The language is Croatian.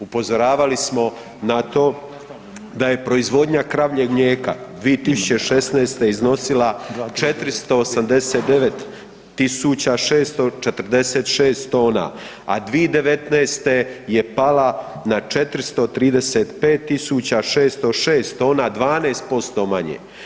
Upozoravali smo na to da je proizvodnja kravljeg mlijeka 2016. iznosila 489 646 tona, a 2019. je pala na 435 606 tona, 12% manje.